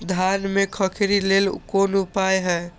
धान में खखरी लेल कोन उपाय हय?